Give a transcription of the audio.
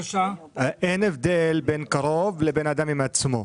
אין הבדל בין קרוב לבין אדם עם עצמו.